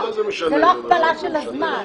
ולא הכפלה של הזמן.